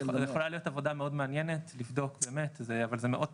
זו יכולה להיות עבודה מאוד מעניינת לבדוק באמת אבל זה מאות,